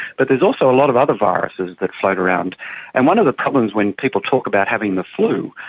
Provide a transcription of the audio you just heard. but there is also a lot of other viruses that float around and one of the problems when people talk about having the flu,